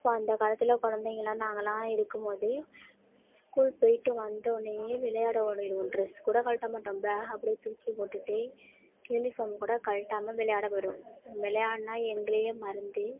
அப்போது அந்த காலத்தில் குழந்தைங்கள்லாம் நாங்களெலாம் இருக்கும் போதே ஸ்கூல் போயிட்டு வந்தவொடன்னையே விளையாட ஓடிவிடுவோம் ட்ரஸ் கூட கழட்ட மாட்டோம் பேக்கை அப்படியே தூக்கி போட்டுவிட்டு யூனிஃபார்ம் கூட கழட்டாமல் விளையாட போயிடுவோம் விளையாடினா எங்களையே மறந்து